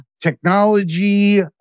Technology